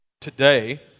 today